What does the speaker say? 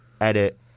edit